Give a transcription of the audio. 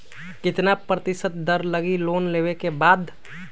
कितना प्रतिशत दर लगी लोन लेबे के बाद?